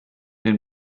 den